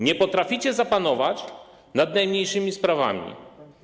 Nie potraficie zapanować nad najmniejszymi sprawami.